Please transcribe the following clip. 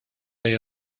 day